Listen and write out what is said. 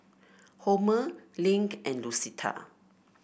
Homer Link and Lucetta